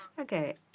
Okay